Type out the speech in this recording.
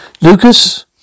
Lucas